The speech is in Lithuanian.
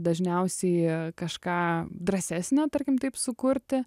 dažniausiai kažką drąsesnio tarkim taip sukurti